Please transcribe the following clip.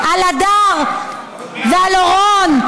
על הדר ועל אורון.